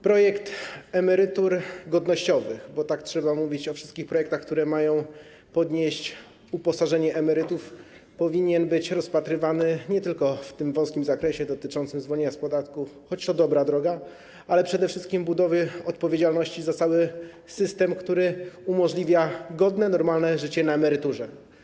Projekt emerytur godnościowych, bo tak trzeba mówić o wszystkich projektach, które mają podnieść uposażenie emerytów, powinien być rozpatrywany nie tylko w tym wąskim zakresie dotyczącym zwolnienia z podatku, choć to dobra droga, ale przede wszystkim w zakresie budowy odpowiedzialności za cały system, który umożliwia godne, normalne życie na emeryturze.